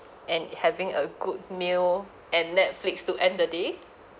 and having a good meal and netflix to end the day